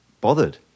bothered